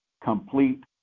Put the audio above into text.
Complete